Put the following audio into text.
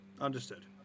Understood